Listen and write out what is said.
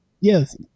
Yes